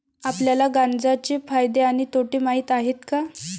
आपल्याला गांजा चे फायदे आणि तोटे माहित आहेत का?